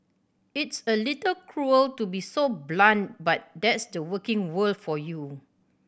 it's a little cruel to be so blunt but that's the working world for you